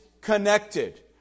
connected